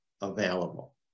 available